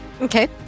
Okay